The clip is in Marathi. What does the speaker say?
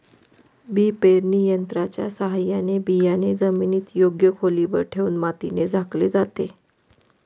बी पेरणी यंत्राच्या साहाय्याने बियाणे जमिनीत योग्य खोलीवर ठेवून मातीने झाकले जाते